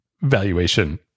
valuation